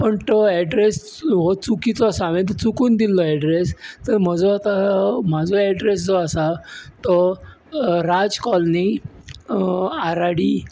पण तो एड्रेस स हो चुकिचो आसा हांवें तो चुकून दिल्लो एड्रेस म्हजो आता म्हजो एड्रेस जो आसा तो राज कॉलनी आराडी